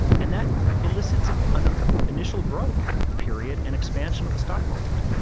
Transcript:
and that elicits ah an initial growth period and expansion of the stock market.